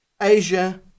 Asia